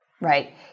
Right